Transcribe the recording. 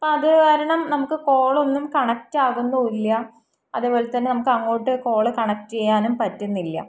അപ്പോൾ അതുകാരണം നമുക്ക് കോളൊന്നും കണക്റ്റാകുന്നും ഇല്ല അതേപോലെത്തന്നെ നമുക്ക് അങ്ങോട്ട് കോള് കണക്ട് ചെയ്യാനും പറ്റുന്നില്ല